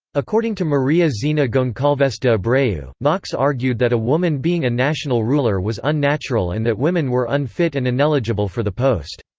according to maria zina goncalves de abreu, knox argued that a woman being a national ruler was unnatural and that women were unfit and ineligible for the post.